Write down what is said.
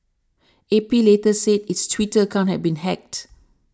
A P later said its Twitter account had been hacked